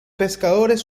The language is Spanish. pescadores